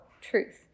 truth